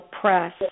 Press